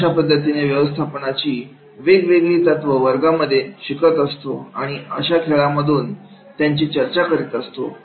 अशा पद्धतीने व्यवस्थापनाची वेगवेगळी तत्व वर्गामध्ये शिकत असतो आणि अशा खेळांमधून त्यांची चर्चा करत असतो